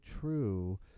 true